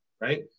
right